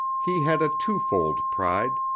he had a twofold pride,